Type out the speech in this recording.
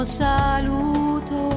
saluto